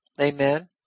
Amen